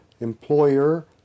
employer